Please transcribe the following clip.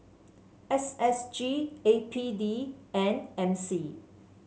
S S G A P D and M C